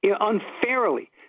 unfairly